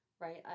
Right